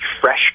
fresh